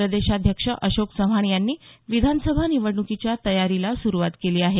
प्रदेशाध्यक्ष अशोक चव्हाण यांनी विधानसभा निवडणुकीच्या तयारीला सुरुवात केली आहे